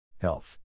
Health